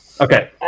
Okay